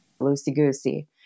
loosey-goosey